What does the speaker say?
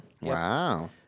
Wow